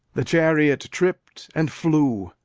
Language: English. the chariot tript and flew,